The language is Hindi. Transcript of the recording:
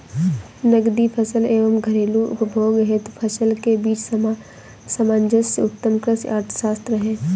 नकदी फसल एवं घरेलू उपभोग हेतु फसल के बीच सामंजस्य उत्तम कृषि अर्थशास्त्र है